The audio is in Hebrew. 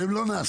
והן לא נעשות.